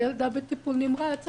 הילדה בטיפול נמרץ,